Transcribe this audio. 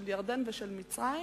של ירדן ושל מצרים,